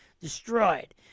destroyed